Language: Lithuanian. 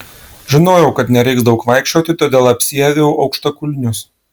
žinojau kad nereiks daug vaikščioti todėl apsiaviau aukštakulnius